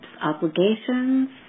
obligations